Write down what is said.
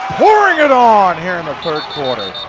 pouring it on here in the third quarter.